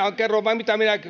kerron vain